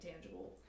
tangible